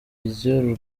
ry’u